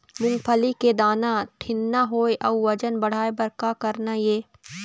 मूंगफली के दाना ठीन्ना होय अउ वजन बढ़ाय बर का करना ये?